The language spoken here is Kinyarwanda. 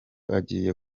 agiye